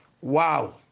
Wow